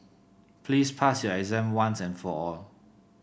please pass your exam once and for all